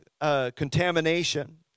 contamination